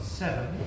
seven